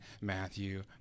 Matthew